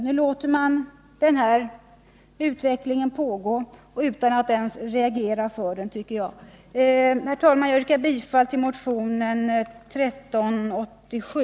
Nu låter man utvecklingen pågå utan att ens reagera för den. Jag yrkar, herr talman, bifall till motionen 1387.